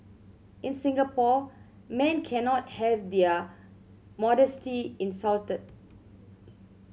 in Singapore men cannot have their modesty insulted